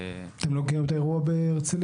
אתם לא מכירים את האירוע בהרצליה?